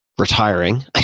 retiring